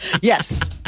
Yes